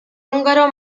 húngaro